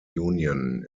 union